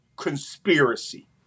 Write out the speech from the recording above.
conspiracy